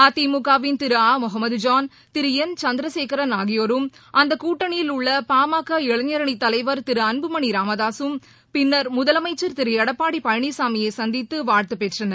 அதிமுகவின் திரு அ முகமது ஜான் திரு என் சந்திரசேகரன் ஆகியோரும் அந்தக் கூட்டணியில் உள்ள பாமக இளைஞரணித் தலைவர் திரு அன்புமணி ராமதாகம் பின்னர் முதலமைச்சர் திரு எடப்பாடி பழனிசாமியை சந்தித்து வாழ்த்துப் பெற்றனர்